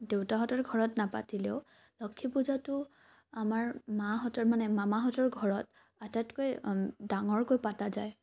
দেউতাহঁতৰ ঘৰত নাপাতিলেও লক্ষী পূজাটো আমাৰ মাহঁতৰ মানে মামাহঁতৰ ঘৰত আতাইতকৈ ডাঙৰকৈ পতা যায়